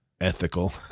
ethical